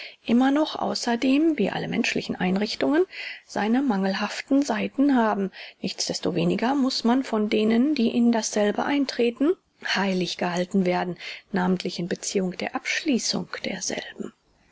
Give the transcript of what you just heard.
immer noch außerdem wie alle menschlichen einrichtungen seine mangelhaften seiten haben nichtsdestoweniger muß es von denen die in dasselbe eintreten heilig gehalten werden namentlich in beziehung der abschließung derselben